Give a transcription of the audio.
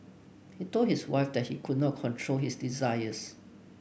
he told his wife that he could not control his desires